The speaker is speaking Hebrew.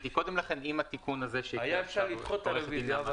קודם לכן עם התיקון שעורכת הדין נעמה הקריאה.